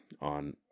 on